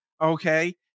Okay